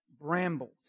brambles